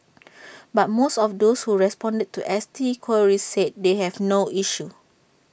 but most of those who responded to S T queries said they have no issue